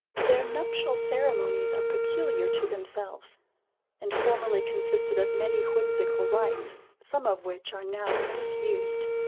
their nuptial ceremonies are peculiar to themselves and formerly consisted of many whimsical rites, some of which are now disused.